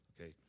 Okay